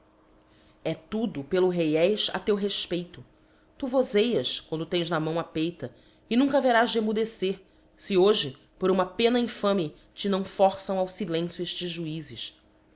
e tudo pelo revés a teu rcrpeiío tu vozcas quando tens na mão a peita e nunca haverás de emmudecer fe hoje por uma pena infame te nao forçam ao filencio elics juizes